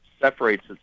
separates